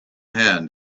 hand